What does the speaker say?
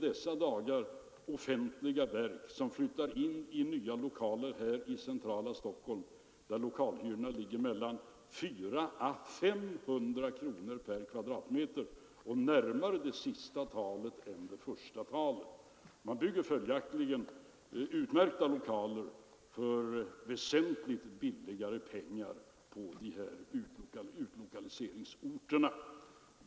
För offentliga verk som i dessa dagar flyttar in i nya lokaler i centrala Stockholm ligger lokalhyrorna mellan 400 och 500 kronor per kvadratmeter — och närmare det senaste talet än det första. Man bygger följaktligen utmärkta lokaler för väsentligt mindre pengar på utlokaliseringsorterna.